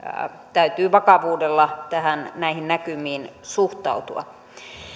täytyy vakavuudella näihin näkymiin suhtautua